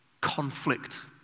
conflict